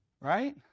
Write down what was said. Right